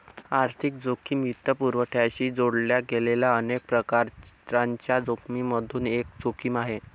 आर्थिक जोखिम वित्तपुरवठ्याशी जोडल्या गेलेल्या अनेक प्रकारांच्या जोखिमिमधून एक जोखिम आहे